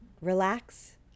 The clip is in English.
relax